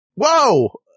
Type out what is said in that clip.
Whoa